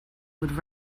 would